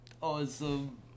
Awesome